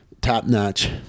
top-notch